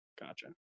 gotcha